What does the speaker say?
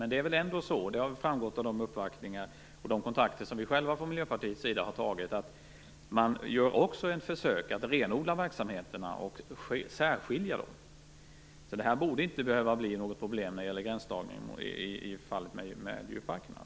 Men det är ändå så - det har framgått av uppvaktningar och av de kontakter som vi i Miljöpartiet själva har tagit - att man också gör försök att renodla verksamheterna och särskilja dem. Det borde alltså inte behöva bli något problem med gränsdragningen när det gäller djurparkerna.